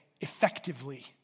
effectively